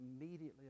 immediately